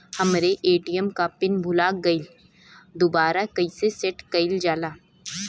हमरे ए.टी.एम क पिन भूला गईलह दुबारा कईसे सेट कइलजाला?